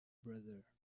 brother